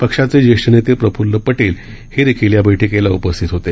पक्षाचे ज्येष्ठ नेते प्रफ्ल्ल पटेल हे देखील या बैठकीला उपस्थित होते